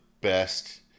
best